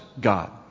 God